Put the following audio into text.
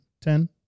ten